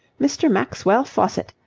mr. maxwell faucitt,